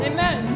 Amen